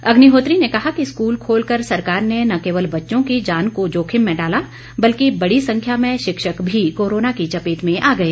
अग्निहोत्री ने कहा कि स्कूल खोलकर सरकार ने न केवल बच्चों की जान को जोखिम में डाला बल्कि बड़ी संख्या में शिक्षक भी कोरोना की चपेट में आ गए